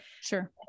Sure